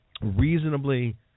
reasonably